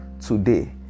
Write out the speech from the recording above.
today